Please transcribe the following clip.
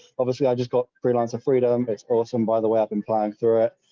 obviously i just got freelance at freedom, but it's awesome by the way, i've been applying through it,